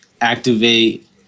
activate